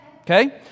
Okay